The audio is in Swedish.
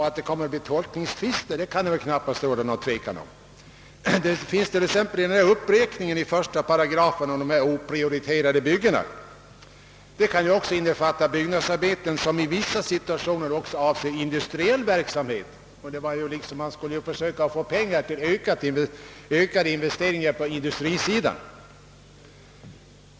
Att det kommer att bli tolkningstvister kan det knappast råda något tvivel om, t.ex. i fråga om uppräkningen av oprioriterade byggen i 1 §. Den kan också innefatta byggnadsarbeten som i vissa situationer avser industriell verksamhet, men avsikten är ju att man skulle få pengar till ökade investeringar på industrisidan.